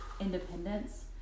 independence